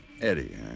Eddie